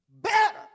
better